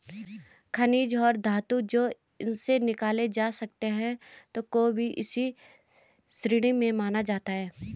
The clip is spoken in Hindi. खनिज और धातु जो उनसे निकाले जा सकते हैं को भी इसी श्रेणी में माना जाता है